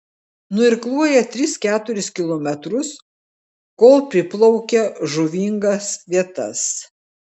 nuirkluoja tris keturis kilometrus kol priplaukia žuvingas vietas